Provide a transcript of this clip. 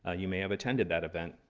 ah you may have attended that event.